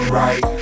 right